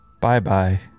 Bye-bye